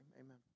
amen